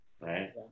right